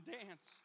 dance